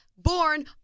born